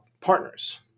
partners